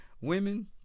women